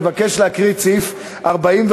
אני מבקש להקריא את סעיף 41(ד)